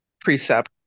precept